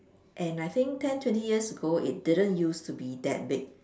and I think ten twenty years ago it didn't used to be that big